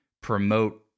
promote